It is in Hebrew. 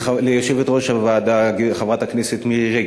ליושבת-ראש הוועדה חברת הכנסת מירי רגב.